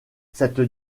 cette